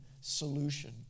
solution